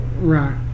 Right